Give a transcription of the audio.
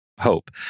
Hope